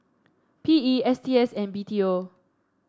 P E S T S and B T O